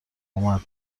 اومد